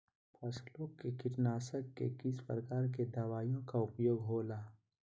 फसलों के कीटनाशक के किस प्रकार के दवाइयों का उपयोग हो ला?